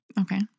Okay